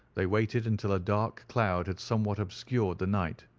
they waited until a dark cloud had somewhat obscured the night,